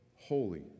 holy